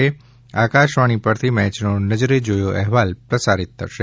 આકાશવાણી પરથી મેયનો નજરે જોયો અહેવાલ પ્રસારિત થશે